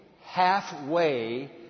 halfway